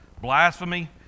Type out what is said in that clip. blasphemy